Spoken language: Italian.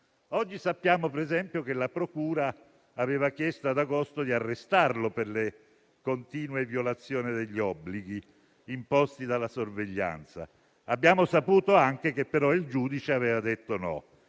Oggi sappiamo, per esempio, che la procura aveva chiesto ad agosto di arrestarlo per le continue violazioni degli obblighi imposti dalla sorveglianza. Abbiamo saputo anche che, però, il giudice aveva detto no.